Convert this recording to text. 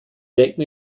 decken